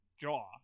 jaw